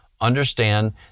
understand